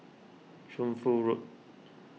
Shunfu Road